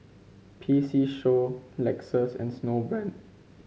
P C Show Lexus and Snowbrand